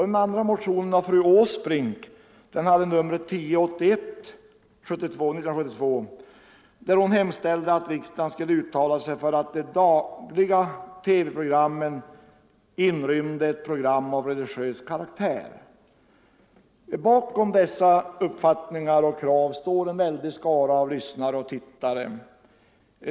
Den andra motionen, nr 1081 år 1972, väcktes av fru Åsbrink, som hemställde att riksdagen skulle uttala sig för att bland de dagliga TV-programmen skulle inrymmas ett program av religiös karaktär. Bakom dessa uppfattningar och krav står en väldig skara av lyssnare och tittare.